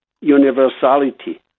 universality